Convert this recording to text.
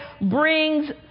brings